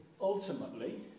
Ultimately